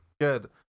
Good